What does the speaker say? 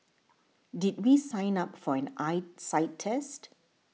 did we sign up for an eyesight test